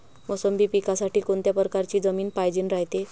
मोसंबी पिकासाठी कोनत्या परकारची जमीन पायजेन रायते?